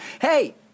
Hey